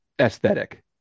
aesthetic